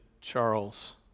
Charles